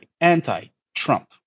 anti-Trump